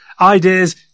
ideas